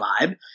vibe